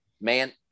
man